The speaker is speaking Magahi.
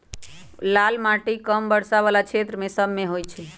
लाल माटि कम वर्षा वला क्षेत्र सभमें होइ छइ